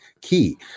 key